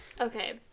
Okay